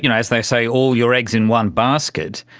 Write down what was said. you know as they say, all your eggs in one basket.